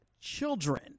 children